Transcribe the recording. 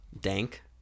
Dank